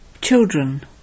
children